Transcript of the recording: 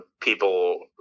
people